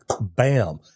bam